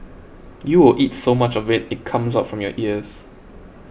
you will eat so much of it it comes out from your ears